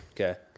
Okay